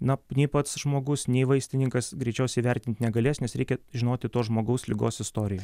na nei pats žmogus nei vaistininkas greičiausiai įvertinti negalės nes reikia žinoti to žmogaus ligos istoriją